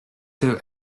two